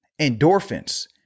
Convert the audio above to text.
Endorphins